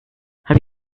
have